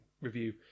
review